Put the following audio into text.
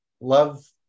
love